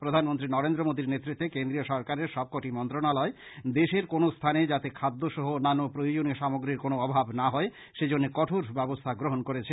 প্রধানমন্ত্রী নরেন্দ্র মোদীর নেতৃত্বে কেন্দ্রীয় সরকারের সবকটি মন্ত্রণালয় দেশের কোনো স্থানে যাতে খাদ্য সহ অন্যান্য প্রয়োজনীয় সামগ্রীর কোনো অভাব না হয় সেজন্যে কঠোর ব্যবস্থা গ্রহণ করেছে